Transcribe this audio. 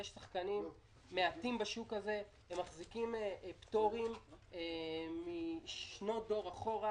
יש שחקנים מעטים בשוק הזה והם מחזיקים פטורים משנות דור אחורה,